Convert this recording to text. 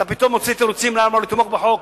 אתה פתאום מוצא תירוצים למה לא לתמוך בחוק.